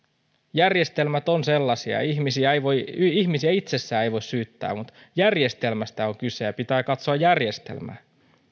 järjestelmät ovat sellaisia ihmisiä ei itsessään voi syyttää mutta järjestelmästä on kyse ja pitää katsoa järjestelmää